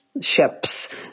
ships